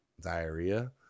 diarrhea